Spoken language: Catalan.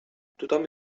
tothom